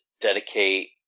dedicate